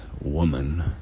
Woman